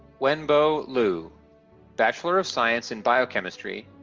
wenbo lu bachelor of science in biochemistry,